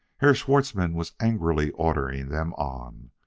herr schwartzmann was angrily ordering them on,